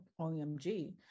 OMG